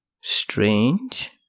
strange